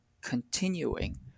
continuing